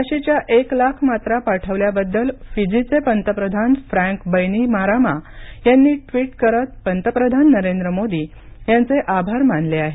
लशीच्या एक लाख मात्रा पाठवल्याबद्दल फिजीचे पंतप्रधान फ्रँक बैनीमारामा यांनी ट्वीट करत पंतप्रधान नरेंद्र मोदी यांचे आभार मानले आहेत